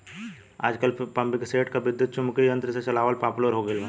आजकल पम्पींगसेट के विद्युत्चुम्बकत्व यंत्र से चलावल पॉपुलर हो गईल बा